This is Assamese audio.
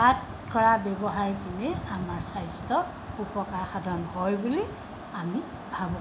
তাত কৰা ব্যৱহাৰখিনি আমাৰ স্বাস্থ্য উপকাৰ সাধন হয় বুলি আমি ভাবোঁ